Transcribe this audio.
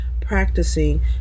practicing